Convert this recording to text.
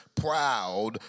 proud